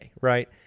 right